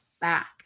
back